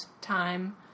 time